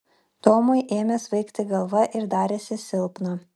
tomui ėmė svaigti galva ir darėsi silpna